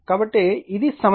కాబట్టి ఇది సమస్య